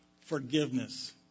forgiveness